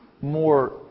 more